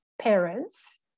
parents